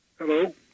Hello